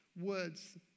words